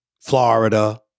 Florida